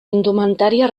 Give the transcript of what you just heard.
indumentària